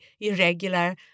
irregular